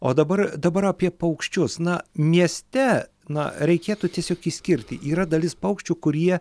o dabar dabar apie paukščius na mieste na reikėtų tiesiog išskirti yra dalis paukščių kurie